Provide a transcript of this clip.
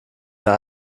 mehr